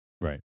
Right